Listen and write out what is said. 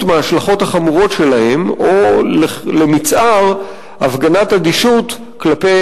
מההשלכות החמורות שלהם או למצער הפגנת אדישות כלפי